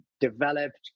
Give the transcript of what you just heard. developed